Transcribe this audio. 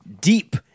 deep